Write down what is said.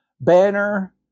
banner